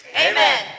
Amen